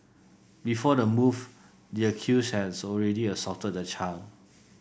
before the move the accused had already assaulted the child